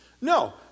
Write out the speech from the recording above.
No